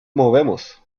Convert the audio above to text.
movemos